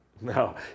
No